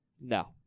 No